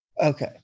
Okay